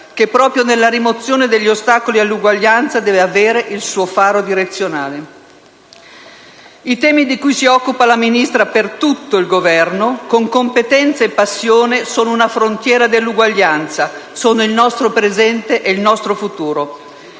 che proprio nella rimozione degli ostacoli all'uguaglianza deve avere il suo faro direzionale. I temi di cui si occupa la Ministra per tutto il Governo, con competenza e passione, sono una frontiera dell'uguaglianza, sono il nostro presente e il nostro futuro.